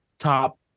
top